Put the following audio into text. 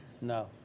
No